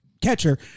catcher